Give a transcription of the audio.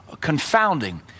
confounding